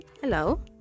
hello